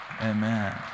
Amen